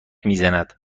میزند